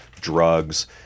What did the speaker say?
Drugs